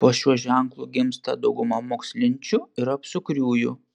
po šiuo ženklu gimsta dauguma mokslinčių ir apsukriųjų